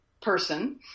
person